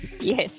Yes